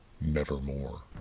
nevermore